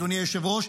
אדוני היושב-ראש,